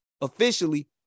officially